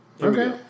Okay